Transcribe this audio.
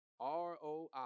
ROI